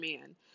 man